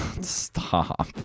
Stop